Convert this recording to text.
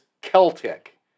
Celtic